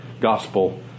gospel